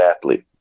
athlete